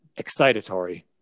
excitatory